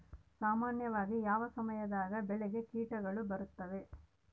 ಸಾಮಾನ್ಯವಾಗಿ ಯಾವ ಸಮಯದಾಗ ಬೆಳೆಗೆ ಕೇಟಗಳು ಬೇಳುತ್ತವೆ?